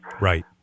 Right